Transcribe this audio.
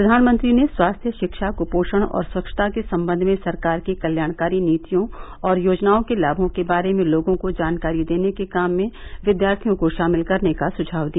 प्रधानमंत्री ने स्वास्थ्य शिक्षा कुपोषण और स्वच्छता के संबंध में सरकार की कल्याणकारी नीतियों और योजनाओं के लामों के बारे में लोगों को जानकारी देने के काम में विद्यार्थियों को शामिल करने का सुझाव दिया